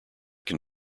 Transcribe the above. can